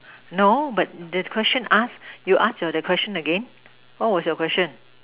no but the question ask you ask your that question again what was your question